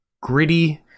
gritty